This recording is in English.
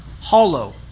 hollow